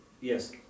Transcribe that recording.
yes